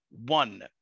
One